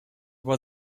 were